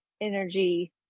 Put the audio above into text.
energy